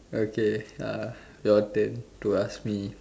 okay uh your turn to ask me